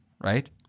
right